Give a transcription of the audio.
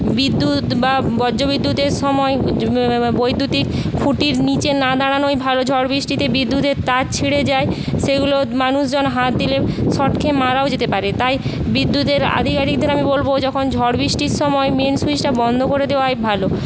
বিদ্যুৎ বা বজ্র বিদ্যুৎতের সময় বৈদ্যুতিক খুঁটির নিচে না দাঁড়ানোই ভালো ঝড় বৃষ্টিতে বিদ্যুতের তার ছিঁড়ে যায় সেইগুলো মানুষজন হাত দিলে শর্ট খেয়ে মারাও যেতে পারে তাই বিদ্যুতের আধিকারিকদের আমি বলবো যখন ঝড় বৃষ্টির সময় মেইন সুইচটা বন্ধ করে দেওয়াই ভালো